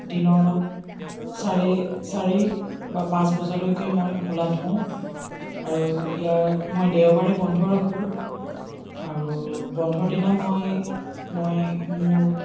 দিনৰ চাৰি চাৰি বা পাঁচ বজালৈকে মই খোলা থওঁ আৰু ইয়াত মই দেওবাৰে বন্ধ ৰাখোঁ আৰু বন্ধৰ দিনা মই মই মোৰ